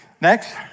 Next